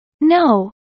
No